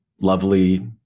lovely